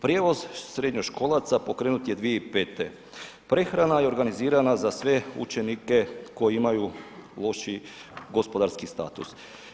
Prijevoz srednjoškolaca pokrenut je 2005., prehrana je organizirana za sve učenike koji imaju lošiji gospodarski status.